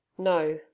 no